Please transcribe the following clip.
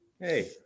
hey